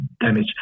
damage